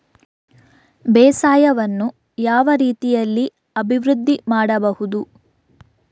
ಬೇಸಾಯವನ್ನು ಯಾವ ರೀತಿಯಲ್ಲಿ ಅಭಿವೃದ್ಧಿ ಮಾಡಬಹುದು?